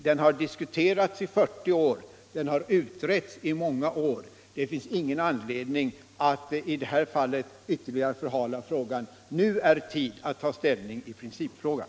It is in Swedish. Den har diskuterats i 40 år, den har utretts i många år. Det finns ingen anledning att i det här fallet ytterligare förhala saken. Nu är tid att ta ställning i principfrågan.